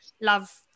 love